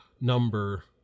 number